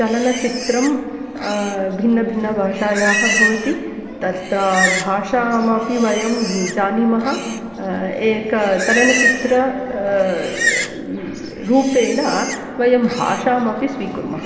चलनचित्रं भिन्न भिन्न भाषायाः भवति तत्र भाषामपि वयं जानीमः एकं चलनचित्ररूपेण वयं भाषामपि स्वीकुर्मः